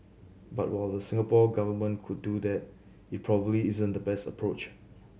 but while the Singapore Government could do that it probably isn't the best approach